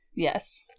Yes